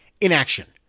inaction